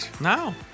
No